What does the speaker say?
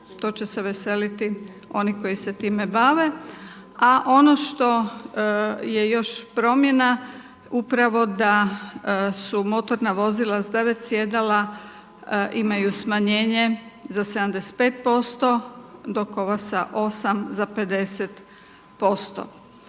To će se veseliti oni koji se time bave. A ono što je još promjena upravo da su motorna vozila s 9 sjedala, imaju smanjenje za 75 posto, dok ova s 8 za 50